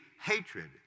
hatred